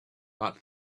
but